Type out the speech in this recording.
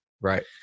Right